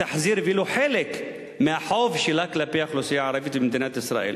תחזיר ולו חלק מהחוב שלה כלפי האוכלוסייה הערבית במדינת ישראל.